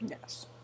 Yes